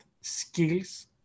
skills